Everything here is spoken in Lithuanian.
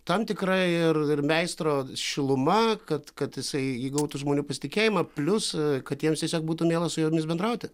tam tikra ir ir meistro šiluma kad kad jisai įgautų žmonių pasitikėjimą plius kad jiems tiesiog būtų miela su jumis bendrauti